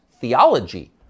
theology